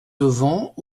levant